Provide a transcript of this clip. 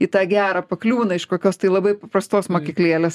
į tą gerą pakliūna iš kokios tai labai paprastos mokyklėlės